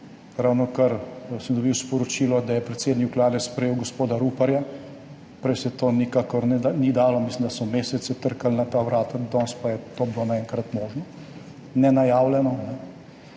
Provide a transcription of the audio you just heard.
Ravnokar sem dobil sporočilo, da je predsednik Vlade sprejel gospoda Ruparja, prej se to nikakor ni dalo, mislim, da so mesece trkali na ta vrata, danes pa je to bilo naenkrat možno, nenajavljeno.